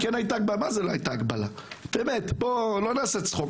אבל בואו לא נעשה צחוק.